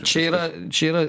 čia yra čia yra